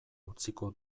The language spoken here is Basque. utziko